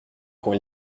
quand